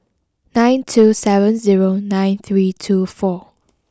nine two seven zero nine three two four